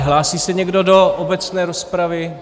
Hlásí se někdo dále do obecné rozpravy?